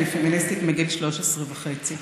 אני פמיניסטית מגיל 13 וחצי.